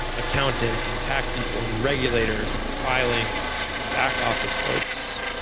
accountants and tax people and regulators and filings, back office folks.